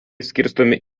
skirstomi